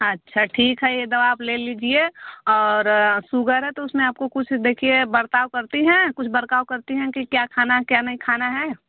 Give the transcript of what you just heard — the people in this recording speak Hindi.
अच्छा ठीक है यह दवा आप ले लीजिए और सूगर है तो उसमें आपको कुछ देखिए बर्ताव करती है कुछ वरकाव करती हैं कि क्या खाना क्या नहीं खाना है